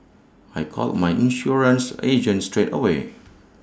I called my insurance agent straight away